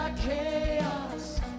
chaos